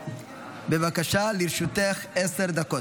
בבקשה, לרשותך עשר דקות.